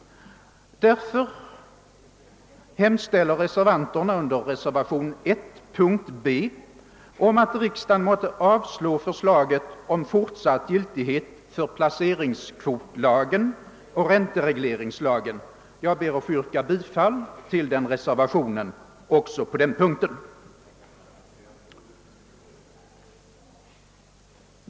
Därför hemställer reservanterna i reservationen 1 under mom. A 2 att riksdagen måtte avslå förslaget om fortsatt giltighet för placeringskvotslagen och ränteregleringslagen. Jag ber att få yrka bifall till reservationen 1 även på denna punkt.